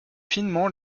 finement